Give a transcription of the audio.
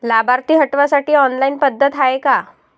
लाभार्थी हटवासाठी ऑनलाईन पद्धत हाय का?